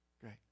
Great